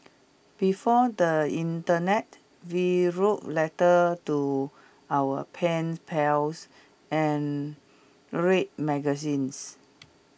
before the Internet we wrote letters to our pen pals and read magazines